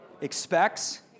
expects